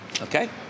okay